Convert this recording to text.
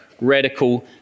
radical